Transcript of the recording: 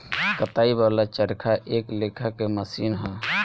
कताई वाला चरखा एक लेखा के मशीन ह